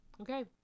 Okay